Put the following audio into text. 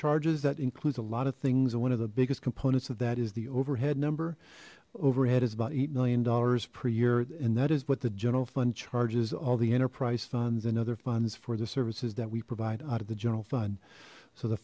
charges that includes a lot of things one of the biggest components of that is the overhead number overhead is about eight million dollars per year and that is what the general fund charges all the enterprise funds and other funds for the services that we provide out of the general fund so the